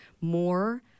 more